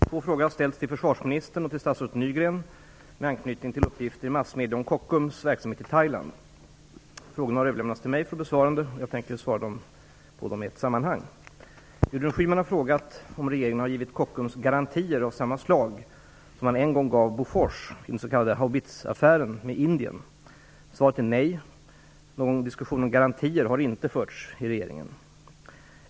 Herr talman! Två frågor har ställts till försvarsministern och till statsrådet Nygren med anknytning till uppgifter i massmedierna om Kockums verksamhet i Thailand. Frågorna har överlämnats till mig för besvarande, och jag avser att svara på dem i ett sammanhang. Gudrun Schyman har frågat om regeringen har givit Kockums garantier av samma slag som man en gång gav Bofors i den s.k. haubitsaffären med Indien. Svaret är nej. Någon diskussion om garantier har inte förts i regeringen.